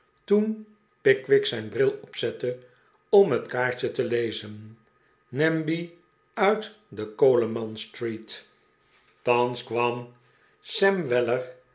toen pickwick zijn bril opzette om het kaartje te lezen namby uit de colemanstreet thans kwam sam weller